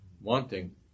wanting